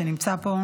שנמצא פה,